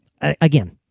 Again